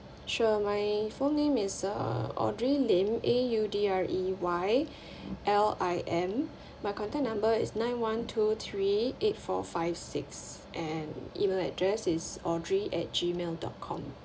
sure my full name is uh audrey lim A U D R E Y L I M my contact number is nine one two three eight four five six and email address is audrey at G mail dot com